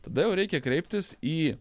tada jau reikia kreiptis į